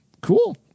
cool